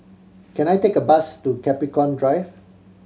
can I take a bus to Capricorn Drive